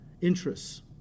interests